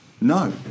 No